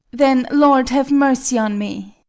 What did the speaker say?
then, lord have mercy on me!